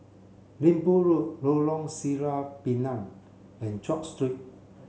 Minbu Road Lorong Sireh Pinang and George Street